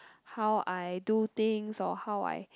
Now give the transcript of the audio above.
how I do things or how I